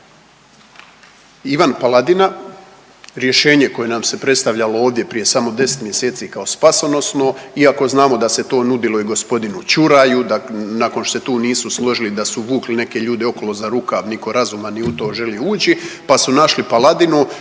Ivan Paladina rješenje koje nam se predstavljalo ovdje prije samo 10 mjeseci kao spasonosno iako znamo da se to nudilo i gospodinu Čuraju, nakon što se tu nisu složili da su vukli neke ljude okolo za rukav, nitko razuman nije želio u to ući, pa su naši Paladinu